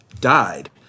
died